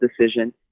decision